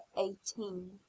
eighteen